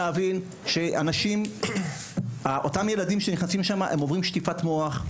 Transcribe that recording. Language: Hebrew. צריך להבין שאותם ילדים שנכנסים לבתי ספר כאלה עוברים שטיפת מוח.